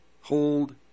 hold